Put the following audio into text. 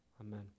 Amen